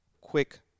quick